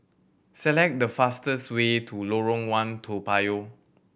select the fastest way to Lorong One Toa Payoh